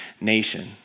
nation